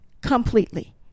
Completely